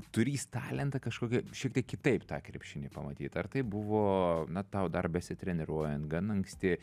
turįs talentą kažkokią šiek tiek kitaip tą krepšinį pamatyt ar tai buvo na tau dar besitreniruojant gan anksti